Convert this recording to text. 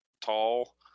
tall